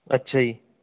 ਅੱਛਾ ਜੀ